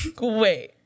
wait